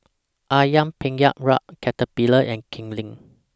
Ayam Penyet Ria Caterpillar and Kipling